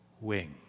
wing